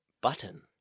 Button